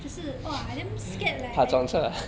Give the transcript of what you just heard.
只是 !wah! I damn scared like